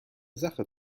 sache